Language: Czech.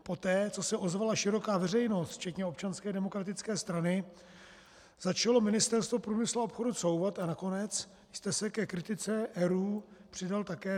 Poté, co se ozvala široká veřejnost včetně Občanské demokratické strany, začalo Ministerstvo průmyslu a obchodu couvat a nakonec jste se ke kritice ERÚ přidal také vy.